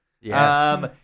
Yes